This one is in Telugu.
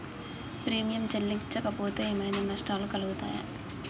ప్రీమియం చెల్లించకపోతే ఏమైనా నష్టాలు కలుగుతయా?